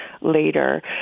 later